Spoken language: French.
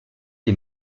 les